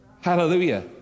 Hallelujah